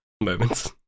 Moments